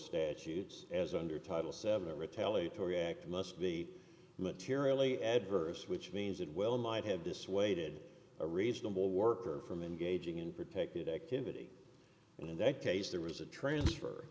statutes as under title seven a retaliatory act must be materially adverse which means that well might have dissuaded a reasonable worker from engaging in protected activity and in that case there was a transfer